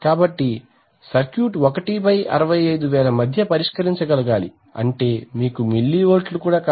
కాబట్టి సర్క్యూట్ 1 65000 మధ్య పరిష్కరించగలగాలి అంటే మీకు మిల్లీ వోల్ట్లు కూడా కాదు